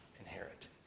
inherit